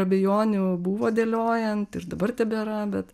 abejonių buvo dėliojant ir dabar tebėra bet